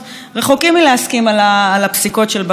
רחוקים מלהסכים עם הפסיקות של בג"ץ,